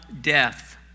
death